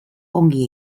ongi